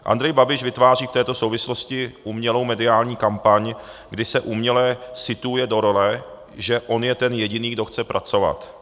Andrej Babiš vytváří v této souvislosti umělou mediální kampaň, kdy se uměle situuje do role, že on je ten jediný, kdo chce pracovat.